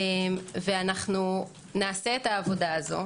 אנו נעשה את העבודה הזו,